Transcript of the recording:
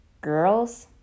girls